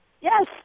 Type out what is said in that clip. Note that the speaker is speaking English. Yes